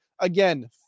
Again